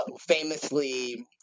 famously